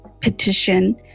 petition